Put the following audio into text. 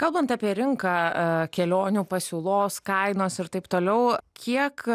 kalbant apie rinką kelionių pasiūlos kainos ir taip toliau kiek